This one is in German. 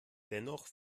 dennoch